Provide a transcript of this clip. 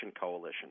coalition